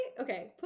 okay